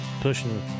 pushing